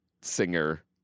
singer